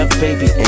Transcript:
baby